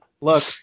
Look